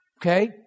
Okay